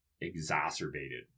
exacerbated